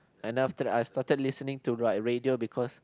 and then after that I started listening to like radio because